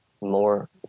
more